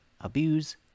abuse